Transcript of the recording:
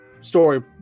story